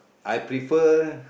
I prefer